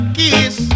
kiss